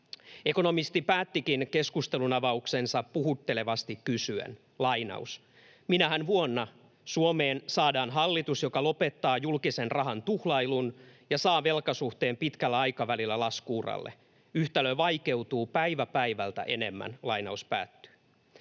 Ekonomisti päättikin keskustelunavauksensa puhuttelevasti kysyen: ”Minähän vuonna Suomeen saadaan hallitus, joka lopettaa julkisen rahan tuhlailun ja saa velkasuhteen pitkällä aikavälillä lasku-uralle? Yhtälö vaikeutuu päivä päivältä enemmän.” Itse